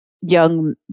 young